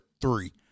three